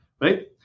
Right